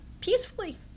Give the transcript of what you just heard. peacefully